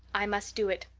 i must do it.